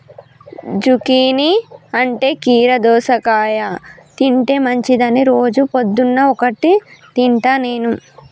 zucchini అంటే కీరా దోసకాయ తింటే మంచిదని రోజు పొద్దున్న ఒక్కటి తింటా నేను